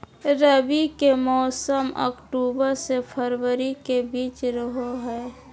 रबी के मौसम अक्टूबर से फरवरी के बीच रहो हइ